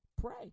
Pray